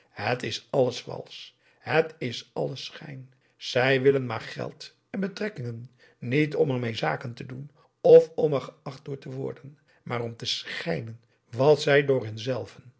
het is alles valsch het is alles schijn zij willen maar geld en betrekkingen niet om er mee zaken te doen of om er geacht door te worden maar om te schijnen wat zij door hun zelven